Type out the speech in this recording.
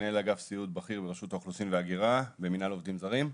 מנהל אגף סיעוד בכיר ברשות האוכלוסין וההגירה במנהל עובדים זרים.